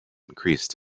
increased